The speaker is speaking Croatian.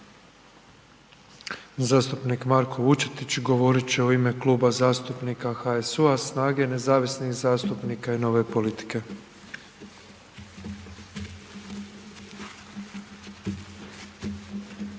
Zastupnik Marko Vučetić govorit će u ime Kluba zastupnika HSU-a, SNAGA-e, nezavisnih zastupnika i Nove politike.